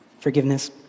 forgiveness